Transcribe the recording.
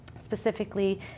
specifically